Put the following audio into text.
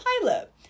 pilot